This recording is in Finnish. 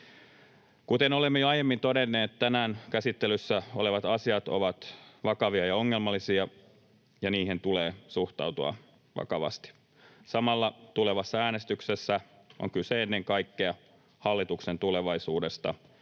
Kuten olemme jo aiemmin todenneet, tänään käsittelyssä olevat asiat ovat vakavia ja ongelmallisia, ja niihin tulee suhtautua vakavasti. Samalla tulevassa äänestyksessä on kyse ennen kaikkea hallituksen tulevaisuudesta,